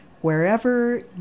Wherever